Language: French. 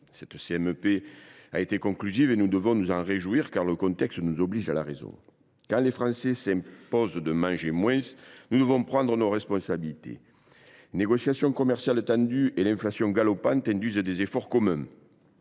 paritaire a été conclusive et nous devons nous en réjouir, car le contexte nous oblige à la raison. Quand des Français s’imposent de manger moins, nous devons prendre nos responsabilités. Les négociations commerciales tendues et l’inflation galopante induisent des efforts communs.